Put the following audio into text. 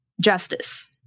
Justice